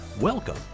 Welcome